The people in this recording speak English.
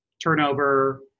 turnover